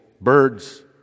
birds